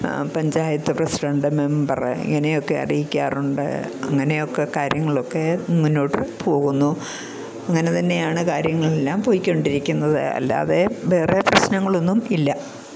panchayat president member ഇങ്ങനെയൊക്കെ അറിയിക്കാറുണ്ട് അങ്ങനെയൊക്കെ കാര്യങ്ങളൊക്കെ മുന്നോട്ട് പോകുന്നു അങ്ങനെ തന്നെയാണ് കാര്യങ്ങളെല്ലാം പൊയ്ക്കൊണ്ടിരിക്കുന്നത് അല്ലാതെ വേറെ പ്രശ്നങ്ങളൊന്നും ഇല്ല